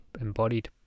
Embodied